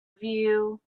view